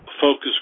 focus